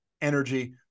energy